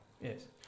Yes